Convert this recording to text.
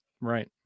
right